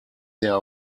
their